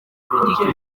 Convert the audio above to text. politiki